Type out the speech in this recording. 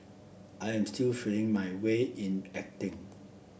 I am still feeling my way in acting